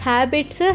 Habits